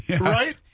Right